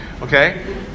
Okay